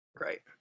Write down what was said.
right